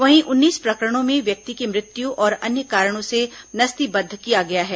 वहीं उन्नीस प्रकरणों में व्यक्ति की मृत्यु और अन्य कारणों से नस्तीबद्ध किया गया है